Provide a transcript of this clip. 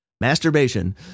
Masturbation